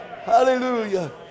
Hallelujah